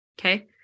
okay